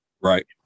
Right